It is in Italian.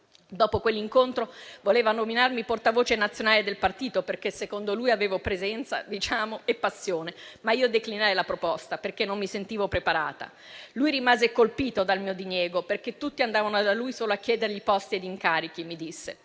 Dopo quell'incontro voleva nominarmi portavoce nazionale del partito, perché secondo lui avevo presenza e passione. Ma io declinai la proposta perché non mi sentivo preparata. Lui rimase colpito dal mio diniego, perché tutti andavano da lui solo per chiedergli posti e incarichi, mi disse.